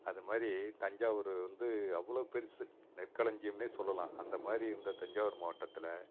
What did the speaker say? அதை மாதிரி தஞ்சாவூரு வந்து அவ்வளோ பெருசு நெற்களஞ்சியம்னே சொல்லலாம் அந்த மாதிரி இருந்த தஞ்சாவூர் மாவட்டத்தில்